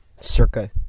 circa